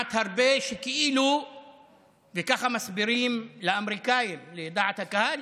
שנשמעת הרבה, וככה מסבירים לאמריקנים, לדעת הקהל,